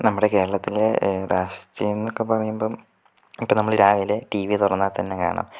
നമ്മുടെ കേരളത്തിലെ രാഷ്ട്രീയം എന്നൊക്കെ പറയുമ്പം ഇപ്പം നമ്മള് രാവിലെ ടീവി തുറന്നാൽ തന്നെ കാണാം